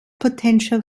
potential